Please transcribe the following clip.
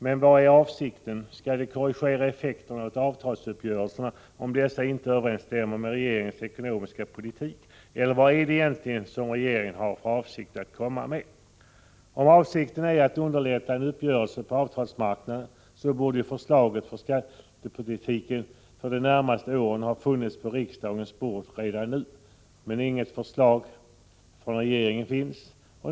Men vad är avsikten? Skall det korrigera effekterna av avtalsuppgörelserna om dessa inte överensstämmer med regeringens ekonomiska politik? Vad är det egentligen regeringen har för avsikt att komma med? Om avsikten är att underlätta en uppgörelse på avtalsmarknaden, borde förslaget beträffande skattepolitiken för de närmaste åren ha funnits på riksdagens bord redan nu. Men inget sådant förslag från regeringen finns.